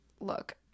look